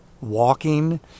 walking